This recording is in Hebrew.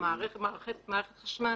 במערכת חשמל